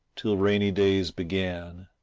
till rainy days began,